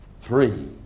three